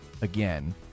again